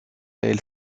elle